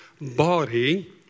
body